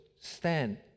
stand